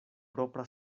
propra